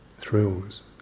thrills